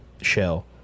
shell